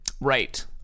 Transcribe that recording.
right